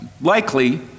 likely